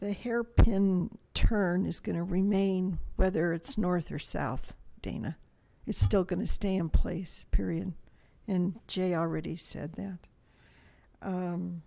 the hairpin turn is going to remain whether it's north or south dana it's still going to stay in place period and j already said that